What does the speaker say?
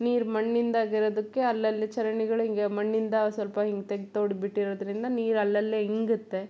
ನೀರು ಮಣ್ಣಿಂದ ಆಗಿರೋದಕ್ಕೆ ಅಲ್ಲಲ್ಲಿ ಚರಂಡಿಗಳು ಹಿಂಗೆ ಮಣ್ಣಿಂದ ಸ್ವಲ್ಪ ಹಿಂಗೆ ತೆಗ್ದು ತೋಡಿಬಿಟ್ಟಿರೋದ್ರಿಂದ ನೀರು ಅಲ್ಲಲ್ಲೇ ಇಂಗುತ್ತೆ